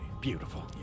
beautiful